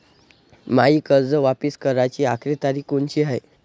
मायी कर्ज वापिस कराची आखरी तारीख कोनची हाय?